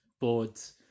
boards